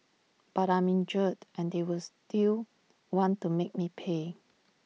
but I'm injured and they were still want to make me pay